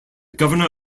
governor